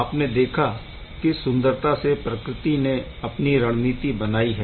आपने देखा किस सुंदरता से प्रकृति ने अपनी रणनीति बनाई है